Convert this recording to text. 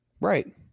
Right